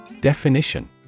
Definition